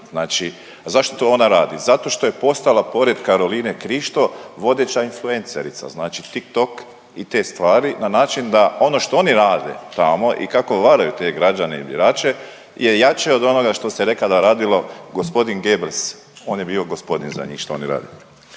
Znači, zašto to ona radi? Zato što je postala pored Karoline Krišto vodeća influencerica, znači Tik-tok i te stvari na način da ono što oni rade tamo i kako varaju te građane i birače je jače od onoga što se nekada radilo. Gospodin Goebbels, on je bio gospodin za njih što oni rade.